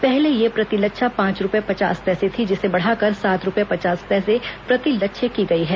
पहले यह प्रति लच्छा पांच रुपये पचास पैसे थी जिसे बढ़ाकर सात रुपये पचास पैसे प्रति लच्छे की गई है